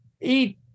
eat